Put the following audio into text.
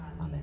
Amen